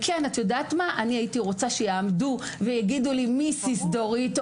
הייתי רוצה שיעמדו ויגידו לי "מיסיס דורית",